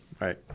Right